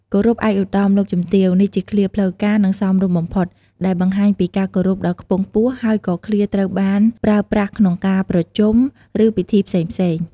"គោរពឯកឧត្តម លោកជំទាវ" នេះជាឃ្លាផ្លូវការ និងសមរម្យបំផុត ដែលបង្ហាញពីការគោរពដ៏ខ្ពង់ខ្ពស់ហើយក៏ឃ្លាត្រូវបានប្រើប្រាស់ក្នុងការប្រជុំ ឬពិធីផ្សេងៗ។